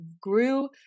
grew